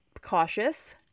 cautious